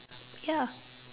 ya